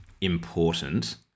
important